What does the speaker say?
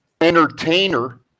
entertainer